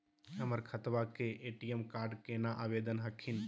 हमर खतवा के ए.टी.एम कार्ड केना आवेदन हखिन?